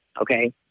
Okay